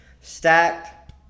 stacked